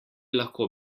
lahko